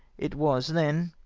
it was then,